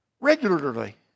regularly